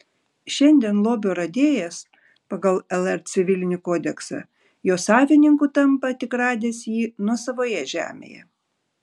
šiandien lobio radėjas pagal lr civilinį kodeksą jo savininku tampa tik radęs jį nuosavoje žemėje